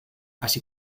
así